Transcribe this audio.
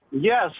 Yes